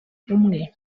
umwe